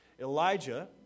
Elijah